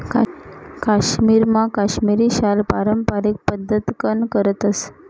काश्मीरमा काश्मिरी शाल पारम्पारिक पद्धतकन करतस